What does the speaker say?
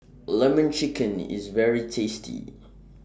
Lemon Chicken IS very tasty